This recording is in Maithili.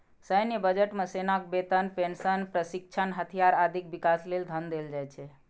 सैन्य बजट मे सेनाक वेतन, पेंशन, प्रशिक्षण, हथियार, आदिक विकास लेल धन देल जाइ छै